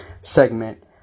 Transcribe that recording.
segment